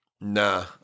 nah